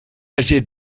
âgé